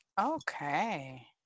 Okay